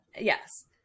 Yes